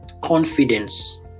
confidence